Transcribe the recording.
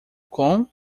com